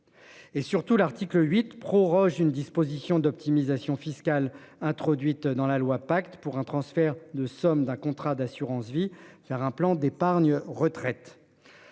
Et surtout, l'article 8 proroge une disposition d'optimisation fiscale introduite dans la loi pacte pour un transfert de sommes d'un contrat d'assurance-vie vers un plan d'épargne retraite.